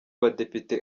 badepite